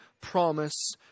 promise